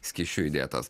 skysčiu įdėtas